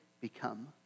become